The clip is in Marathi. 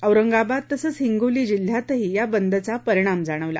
औरंगाबाद तसंच हिंगोली जिल्ह्यातही या बंदचा परिणाम जाणवला